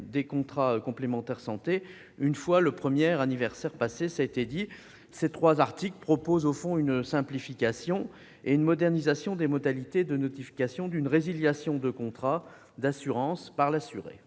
des contrats de complémentaire santé, une fois le premier anniversaire passé. En somme, ces articles opèrent une simplification et une modernisation des modalités de notification d'une résiliation de contrat d'assurance par l'assuré.